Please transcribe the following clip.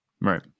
Right